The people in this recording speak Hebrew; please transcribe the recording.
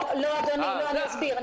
לא, אדוני, ואני אסביר.